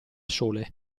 sole